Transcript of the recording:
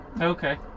Okay